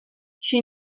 she